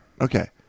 Okay